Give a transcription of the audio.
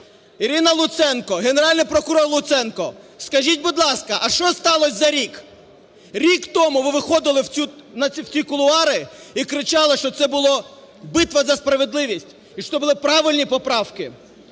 Ірина Луценко, Генеральний прокурор Луценко – скажіть, будь ласка, а що сталось за рік? Рік тому ви виходили в ці кулуари і кричали, що це була битва за справедливість, і що були правильні поправки.